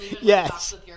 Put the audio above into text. Yes